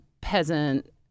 peasant